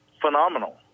phenomenal